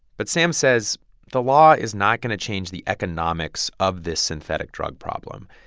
but sam says the law is not going to change the economics of this synthetic drug problem.